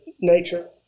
nature